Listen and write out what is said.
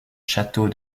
château